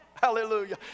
Hallelujah